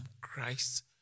Christ